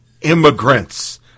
immigrants